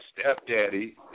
stepdaddy